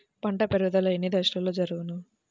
పంట పెరుగుదల ఎన్ని దశలలో జరుగును?